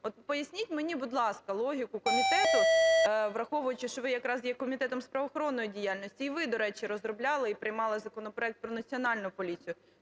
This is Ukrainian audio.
От поясніть мені, будь ласка, логіку комітету, враховуючи, що ви якраз є Комітетом з правоохоронної діяльності, і ви, до речі, розробляли і приймали законопроект про Національну поліцію,